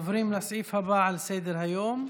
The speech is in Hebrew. משפחה בישראל.